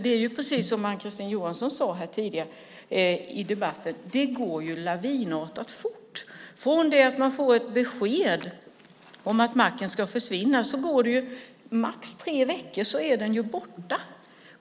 Det är precis som Ann-Kristine Johansson sade här tidigare i debatten att det går lavinartat fort. Från det att man får ett besked om att macken ska försvinna går det max tre veckor innan den är borta.